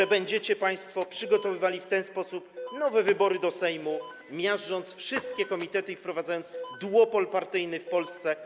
że będziecie państwo przygotowywali w ten sposób nowe wybory do Sejmu, miażdżąc wszystkie komitety i wprowadzając duopol partyjny w Polsce.